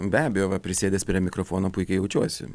be abejo va prisėdęs prie mikrofono puikiai jaučiuosi